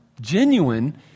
Genuine